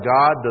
God